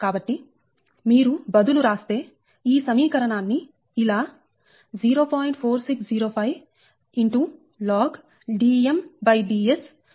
కాబట్టి మీరు బదులు రాస్తే ఈ సమీకరణాన్ని ఇలా 0